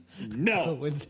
no